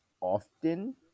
often